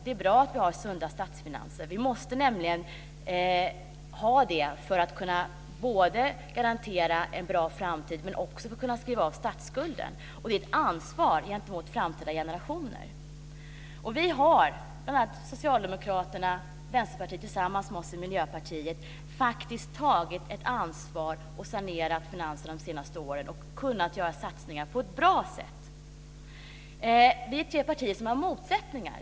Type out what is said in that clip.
Det är bra att ha sunda statsfinanser. Vi måste nämligen ha det för att både kunna garantera en bra framtid och kunna skriva av statsskulden. Vi har ett ansvar gentemot framtida generationer. Socialdemokraterna och Vänsterpartiet har tillsammans med oss i Miljöpartiet faktiskt tagit ett ansvar och under de senaste åren sanerat finanserna och kunnat göra satsningar på ett bra sätt. Vi är tre partier som har motsättningar.